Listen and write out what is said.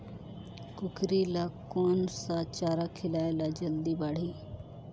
कूकरी ल कोन सा चारा खिलाय ल जल्दी बाड़ही?